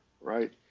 right